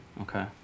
okay